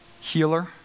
healer